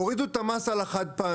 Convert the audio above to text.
הורידו את המס על החד-פעמי,